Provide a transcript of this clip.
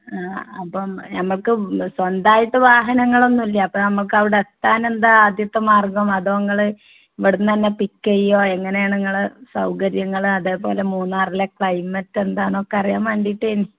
ആ അപ്പം നമുക്ക് സ്വന്തമായിട്ട് വാഹനങ്ങളൊന്നൂല്യ അപ്പം നമുക്കവിടെത്താനെന്താ ആദ്യത്തെ മാർഗം അതോങ്ങള് ഇവിടുന്നന്നെ പിക്ക് ചെയ്യുമോ എങ്ങനെയാണ് ഇങ്ങൾ സൗകര്യങ്ങൾ അതേപോലെ മൂന്നാറിലെ ക്ലൈമറ്റെന്താന്നൊക്കെ അറിയാൻ വേണ്ടീട്ടേയ്നു